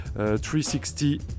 360